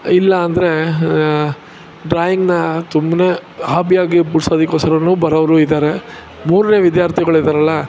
ಇಲ್ಲಾಂದರೆ ಡ್ರಾಯಿಂಗನ್ನ ಸುಮ್ಮನೆ ಹಾಬಿಯಾಗಿ ಬಿಡ್ಸೋದಕ್ಕೋಸ್ಕರನು ಬರೋವ್ರು ಇದ್ದಾರೆ ಮೂರನೇ ವಿದ್ಯಾರ್ಥಿಗಳು ಇದ್ದಾರಲ್ಲ